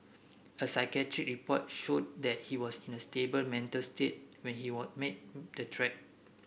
a psychiatric report showed that he was in a stable mental state when he were made the threat